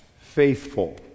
faithful